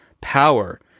power